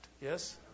Yes